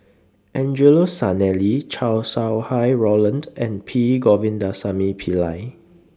Angelo Sanelli Chow Sau Hai Roland and P Govindasamy Pillai